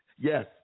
Yes